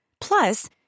Plus